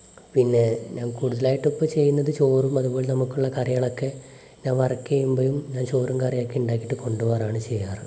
പിന്നെ ഞാൻ കൂടുതലായിട്ട് ഇപ്പോൾ ചെയ്യുന്നത് ചോറും അതുപോലെ നമുക്കുള്ള കറികളൊക്കെ ഞാൻ വർക്ക് ചെയ്യുമ്പോഴും ഞാൻ ചോറും കറിയുമൊക്കെ ഉണ്ടാക്കിയിട്ട് കൊണ്ടുപോകാറാണ് ചെയ്യാറ്